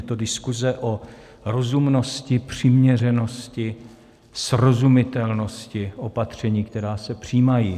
Je to diskuze o rozumnosti, přiměřenosti, srozumitelnosti opatření, která se přijímají.